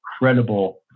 incredible